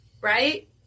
right